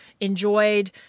enjoyed